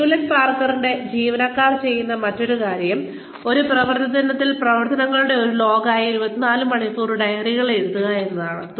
Hewlett പാക്കാർഡിന്റെ ജീവനക്കാർ ചെയ്യുന്ന മറ്റൊരു കാര്യം ഒരു പ്രവൃത്തിദിനത്തിൽ പ്രവർത്തനങ്ങളുടെ ഒരു ലോഗ് ആയ 24 മണിക്കൂർ ഡയറികൾ എഴുതുക എന്നതാണ്